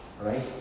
right